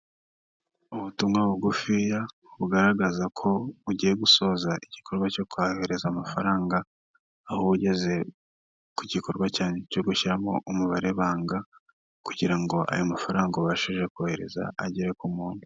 Ubutumwa bugufiya bugaragaza ko ugiye gusoza igikorwa cyo kohereza amafaranga, ahogeze ku gikorwa cyo gushyiramo umubare w' ibanga kugira ngo ayo mafaranga ubashije kohereza agere ku muntu.